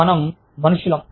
మనం మనుషులం